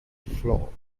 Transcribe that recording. flaw